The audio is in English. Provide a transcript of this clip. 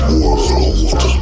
World